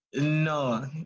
no